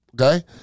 okay